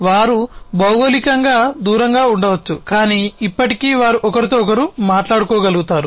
వారు భౌగోళికంగా దూరంగా ఉండవచ్చు కానీ ఇప్పటికీ వారు ఒకరితో ఒకరు మాట్లాడగలుగుతారు